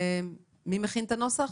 מי מכין את הנוסח?